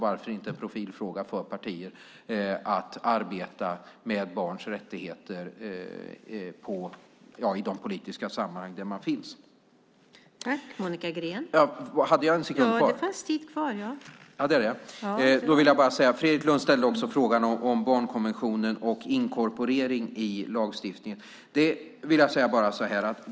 Varför inte en profilfråga för partier att arbeta med - barns rättigheter - i de politiska sammanhang man finns med i? Fredrik Lundh ställde också frågan om barnkonventionen och inkorporering i lagstiftningen.